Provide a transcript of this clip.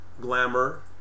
Glamour